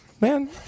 man